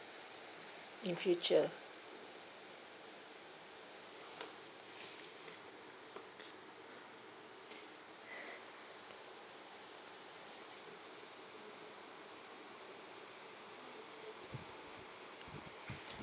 in future